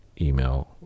email